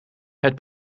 het